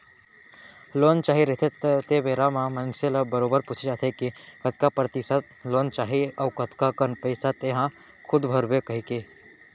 loan चाही रहिथे तेन बेरा म मनसे ल बरोबर पूछे जाथे के कतका परतिसत लोन चाही अउ कतका कन पइसा तेंहा खूद भरबे कहिके